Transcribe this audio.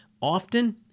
often